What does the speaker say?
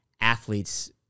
athletes